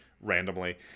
randomly